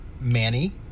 Manny